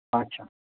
अच्छा